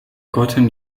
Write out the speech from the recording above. gotten